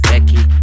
Becky